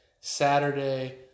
Saturday